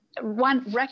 one